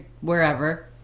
Wherever